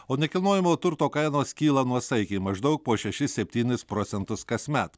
o nekilnojamo turto kainos kyla nuosaikiai maždaug po šešis septynis procentus kasmet